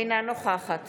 אינה נוכחת